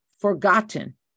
forgotten